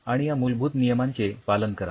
आणि या मूलभूत नियमांचे पालन करा